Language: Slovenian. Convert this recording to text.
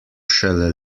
šele